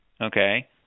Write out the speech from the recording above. okay